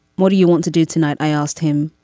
what do you want to do tonight? i asked him,